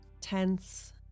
tense